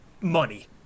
money